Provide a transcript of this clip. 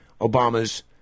Obama's